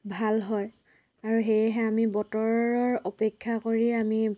ভাল হয় আৰু সেয়েহে আমি বতৰৰ অপেক্ষা কৰিয়েই আমি